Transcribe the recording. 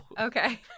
Okay